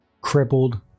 crippled